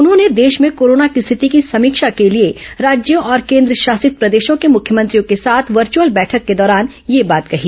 उन्होंने देश में कोरोना की स्थिति की समीक्षा के लिए राज्यों और केंद्रशासित प्रदेशों के मुख्यमंत्रियों के साथ वर्चुअल बैठक के दौरान यह बात कही